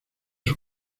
sus